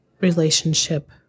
relationship